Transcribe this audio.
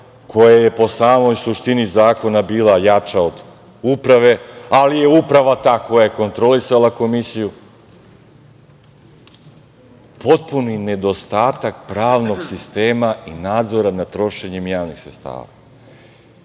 koja je po samoj suštini zakona bila jača od Uprave, ali je Uprava ta koja je kontrolisala komisiju. Potpuni nedostatak pravnog sistema i nadzora nad trošenjem javnih sredstava. Šta